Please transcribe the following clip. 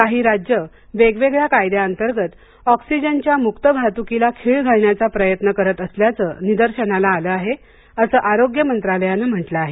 काही राज्यं वेगवेगळ्या कायद्यांतर्गत ऑक्सीजनच्या मुक्त वाहतूकीला खीळ घालण्याचा प्रयत्न करत असल्याचं निदर्शनास आलं आहे असं आरोग्य मंत्रालयानं म्हटलं आहे